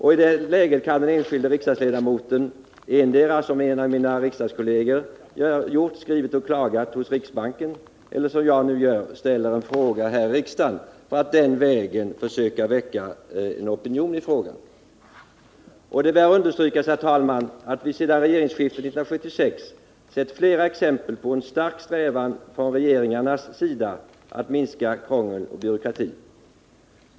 I detta läge kan den enskilde riksdagsledamoten endera, som en av mina riksdagskolleger gjort, skriva och klaga hos riksbanken eller, som jag nu gör, ställa en fråga i riksdagen för att den vägen försöka väcka en opinion. Det bör understrykas, herr talman, att vi sedan regeringsskiftet 1976 sett flera exempel på en stark strävan från regeringarnas sida att minska krångel och byråkrati.